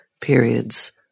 periods